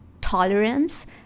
tolerance